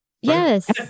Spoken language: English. Yes